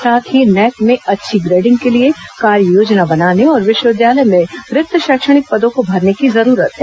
साथ ही नैक में अच्छी ग्रेडिंग के लिए कार्ययोजना बनाने और विश्वविद्यालय में रिक्त शैक्षणिक पदों को भरने की जरूरत है